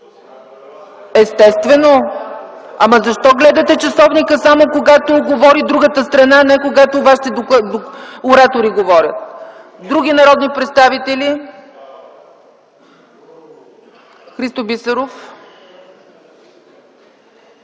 Естествено, ама защо гледате часовника, когато говори другата срана, а не когато вашите оратори говорят? Има ли други народни представители, които желаят